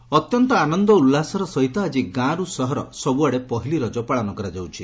ରଜ ଅତ୍ୟନ୍ତ ଆନନ୍ଦ ଉଲ୍ଲାସର ସହିତ ଆଜି ଗାଁର୍ ସହର ସବୁଆ ରଜ ପାଳନ କରାଯାଉଛି